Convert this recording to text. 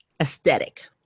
aesthetic